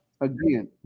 Again